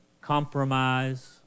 compromise